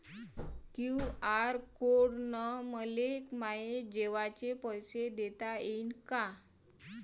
QR code न मले माये जेवाचे पैसे देता येईन का?